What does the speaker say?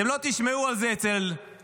אתם לא תשמעו על זה אצל ברדוגו,